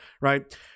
right